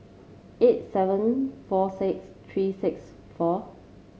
eight seven four six three six four